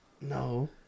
No